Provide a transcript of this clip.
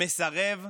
מסרב לשתוק,